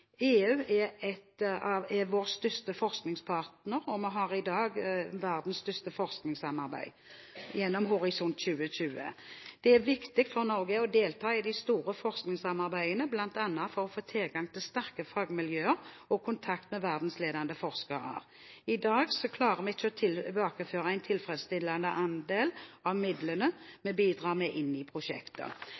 EU er vår største forskningspartner, og vi har i dag verdens største forskningssamarbeid gjennom Horisont 2020. Det er viktig for Norge å delta i de store forskningssamarbeidene, bl.a. for å få tilgang til sterke fagmiljøer og kontakt med verdensledende forskere. I dag klarer vi ikke å tilbakeføre en tilfredsstillende andel av midlene vi bidrar med inn i prosjektet.